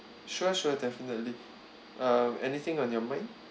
sure sure definitely uh anything on your mind